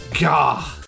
God